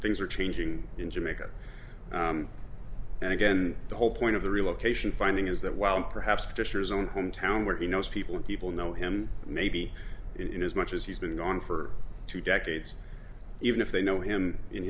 things are changing in jamaica and again the whole point of the relocation finding is that while perhaps fischer's own hometown where he knows people people know him maybe in as much as he's been gone for two decades even if they know him in